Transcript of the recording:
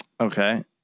Okay